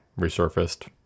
resurfaced